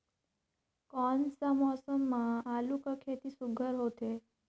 कोन सा मौसम म आलू कर खेती सुघ्घर होथे?